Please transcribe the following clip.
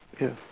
yes